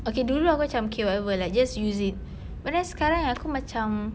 okay dulu aku macam okay whatever like just use it but then sekarang aku macam